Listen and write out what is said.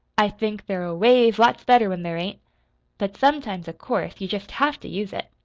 i think they're a ways lots better when there ain't but sometimes, of course, you jest have to use it.